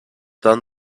done